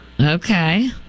Okay